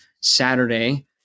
Saturday